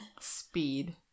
Speed